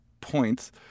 points